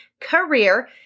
career